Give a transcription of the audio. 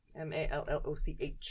m-a-l-l-o-c-h